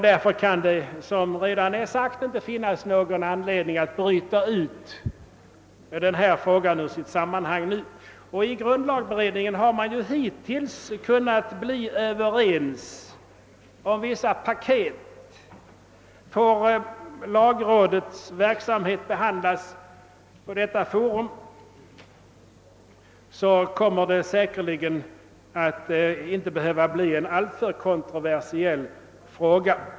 Därför kan det — vilket redan är sagt — inte finnas någon anledning att nu bryta ut denna fråga ur dess sammanhang. I grundlagberedningen har man ju hittills kunnat bli överens om vissa »paket». Får lagrådets verksamhet behandlas i detta forum, kommer den säkerligen inte att bli en alltför kontroversiell fråga.